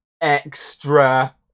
extra